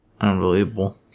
Unbelievable